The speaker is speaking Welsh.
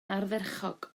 ardderchog